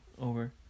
over